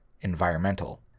environmental